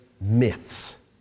myths